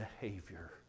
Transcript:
behavior